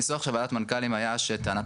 הניסוח של ועדת המנכ"לים היה שלטענת